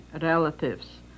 relatives